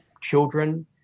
children